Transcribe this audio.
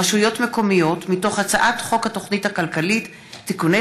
(רשויות מקומיות) מהצעת חוק התוכנית הכלכלית (תיקוני